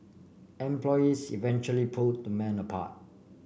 employees eventually pulled the men apart